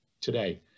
today